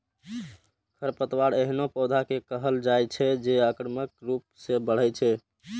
खरपतवार एहनो पौधा कें कहल जाइ छै, जे आक्रामक रूप सं बढ़ै छै